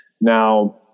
Now